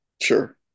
sure